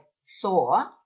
saw